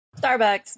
Starbucks